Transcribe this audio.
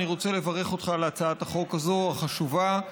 אני רוצה לברך אותך על הצעת החוק החשובה הזאת.